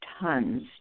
tons